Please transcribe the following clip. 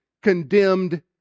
condemned